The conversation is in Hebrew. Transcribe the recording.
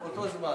אותו זמן.